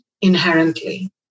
inherently